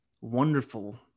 wonderful